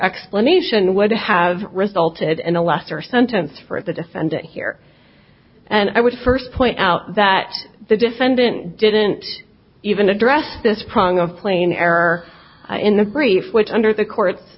explanation would have resulted in a lesser sentence for the defendant here and i would first point out that the defendant didn't even address this problem of plain error in the brief which under the court